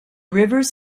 rivers